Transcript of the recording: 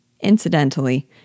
Incidentally